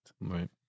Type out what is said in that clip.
Right